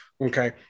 Okay